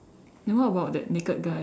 then what about that naked guy